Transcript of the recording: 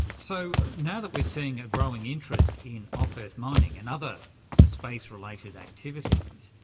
so now that we're seeing a growing interest in off-earth mining and other ah space related activities,